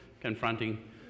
confronting